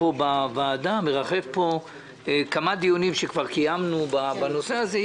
בוועדה פה מרחפים כמה דיונים שכבר קיימנו בנושא הזה.